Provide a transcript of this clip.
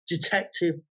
detective